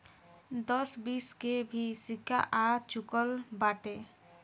दस बीस के भी सिक्का आ चूकल बाटे